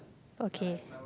okay